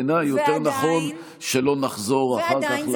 בעיניי יותר נכון שלא נחזור אחר כך למליאה.